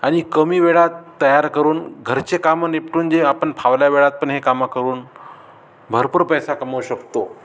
आणि कमी वेळात तयार करून घरचे कामं निपटून जे आपण फावल्या वेळात पण हे कामं करून भरपूर पैसा कमवू शकतो